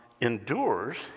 endures